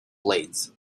blades